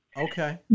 Okay